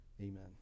Amen